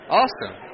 awesome